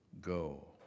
go